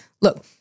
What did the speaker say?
look